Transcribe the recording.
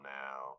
now